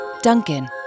Duncan